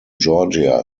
georgia